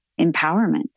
empowerment